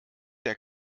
der